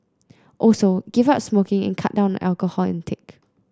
also give up smoking and cut down on alcohol intake